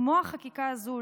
כמו החקיקה הזאת,